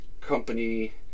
company